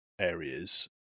areas